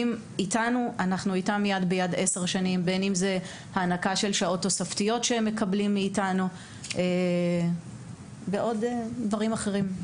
בין אם זה הענקה של תוספת שעות שהם מקבלים מאיתנו ועוד דברים אחרים,